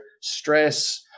stress